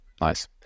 nice